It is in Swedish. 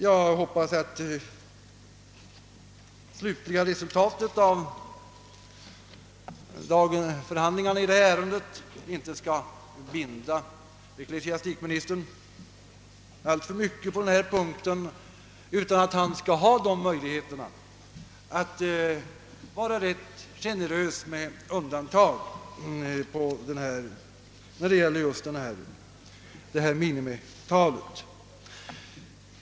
Jag hoppas att det slutliga resultatet av dagens förhandlingar i detta ärende inte skall binda ecklesiastikministern alltför mycket på denna punkt, utan att han skall ha möjlighet att vara generös med undantag, när det gäller just detta minimital.